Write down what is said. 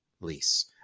Lease